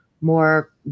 more